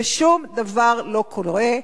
ושום דבר לא קורה,